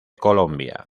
colombia